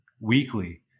weekly